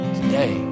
today